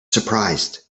surprised